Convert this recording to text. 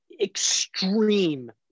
extreme